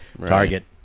target